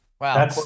Wow